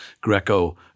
Greco